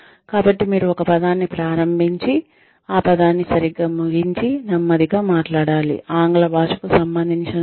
కాబట్టి మీరు ఒక పదాన్ని ప్రారంభించి ఆ పదాన్ని సరిగ్గా ముగించి నెమ్మదిగా మాట్లాడాలి ఆంగ్ల భాషకు సంబంధించినంతవరకు